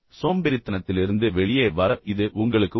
சோம்பேறித்தனத்திலிருந்து வெளியே வர இது உங்களுக்கு உதவும்